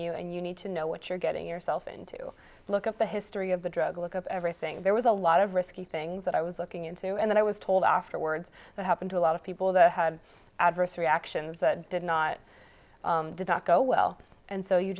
you and you need to know what you're getting yourself into look at the history of the drug look at everything there was a lot of risky things that i was looking into and then i was told afterwards that happen to a lot of people the adverse reactions did not did not go well and so you